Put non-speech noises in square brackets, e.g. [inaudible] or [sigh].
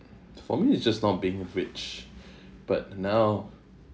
for me is just not being rich [breath] but now